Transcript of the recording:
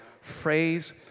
phrase